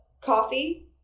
Coffee